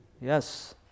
Yes